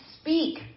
speak